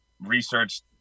research